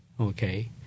Okay